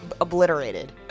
obliterated